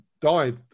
died